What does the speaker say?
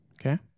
Okay